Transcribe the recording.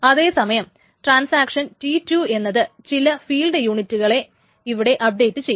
അതേ സമയം transaction T2 എന്നത് ചില ഫീൽഡ് യൂണിറ്റുകളെ ഇവിടെ അപ്ഡേറ്റ് ചെയ്യും